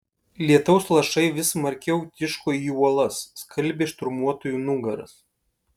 lietaus lašai vis smarkiau tiško į uolas skalbė šturmuotojų nugaras